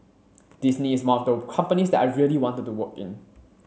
Disney is one of the companies that I really wanted to work in